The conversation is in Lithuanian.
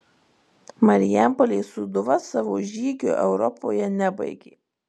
marijampolės sūduva savo žygio europoje nebaigė